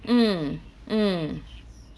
mm mm